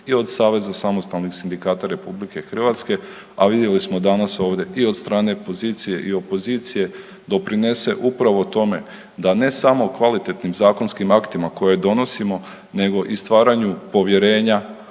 i od Saveza samostalnih sindikata RH, a vidjeli smo danas ovdje i od strane pozicije i opozicije doprinese upravo tome da ne samo kvalitetnim zakonskim aktima koje donosimo nego i stvaranju povjerenja